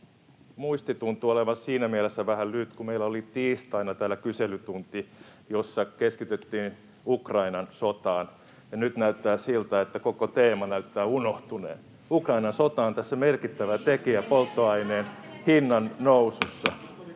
muisti tuntuu olevan siinä mielessä vähän lyhyt, että meillä oli tiistaina täällä kyselytunti, [Oikealta: Keskiviikkona!] jossa keskityttiin Ukrainan sotaan, ja nyt näyttää siltä, että koko teema on unohtunut. Ukrainan sota on merkittävä tekijä tässä polttoaineen hinnan nousussa,